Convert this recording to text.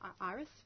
Iris